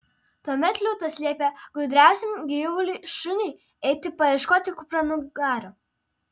tuomet liūtas liepė gudriausiam gyvuliui šuniui eiti paieškoti kupranugario